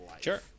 sure